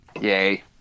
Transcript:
Yay